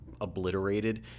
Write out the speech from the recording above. obliterated